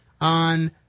on